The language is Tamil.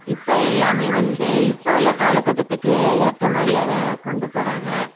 இப்போ எல்லாமே வந்து இப்போ உள்ள காலகட்டத்துக்கு ஏற்ற மாதிரி அதை கொண்டு போகிறாங்க